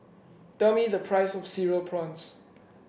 tell me the price of Cereal Prawns